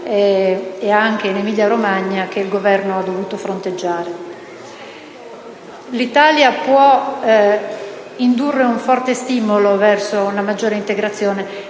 e in Emilia-Romagna che il Governo ha dovuto fronteggiare. L'Italia può indurre un forte stimolo verso una maggiore integrazione